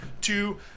two